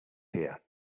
here